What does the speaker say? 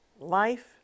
life